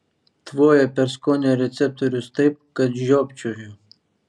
tvoja per skonio receptorius taip kad žiopčioju